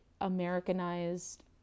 Americanized